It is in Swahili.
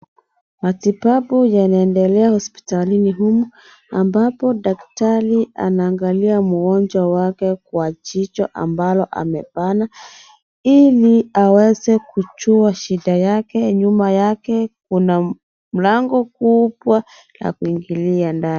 Matibabu yanaendelea hospitalini humu, ambapo daktari anaangalia mgonjwa wake kwa jicho ambalo amebana, ili aweze kujua shida yake. Nyuma yake, kuna mlango kubwa ya kuingilia ndani.